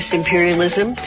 imperialism